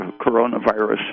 coronavirus